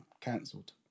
cancelled